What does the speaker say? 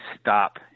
stop